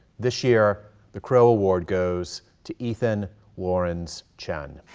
this year, the crow award goes to ethan llorens chen.